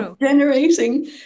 Generating